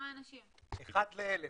ל-100.